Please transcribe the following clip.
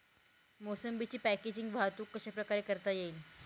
मोसंबीची पॅकेजिंग वाहतूक कशाप्रकारे करता येईल?